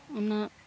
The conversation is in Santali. ᱚᱱᱟ